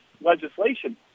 legislation